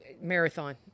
marathon